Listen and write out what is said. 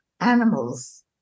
animals